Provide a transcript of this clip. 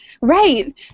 Right